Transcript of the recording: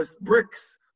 bricks